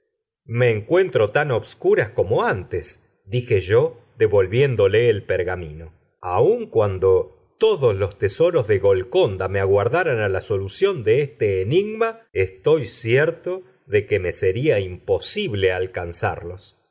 me encuentro tan a obscuras como antes dije yo devolviéndole el pergamino aun cuando todos los tesoros de golconda me aguardaran a la solución de este enigma estoy cierto de que me sería imposible alcanzarlos